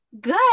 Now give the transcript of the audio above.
Good